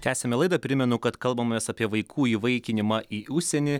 tęsiame laidą primenu kad kalbamės apie vaikų įvaikinimą į užsienį